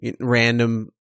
random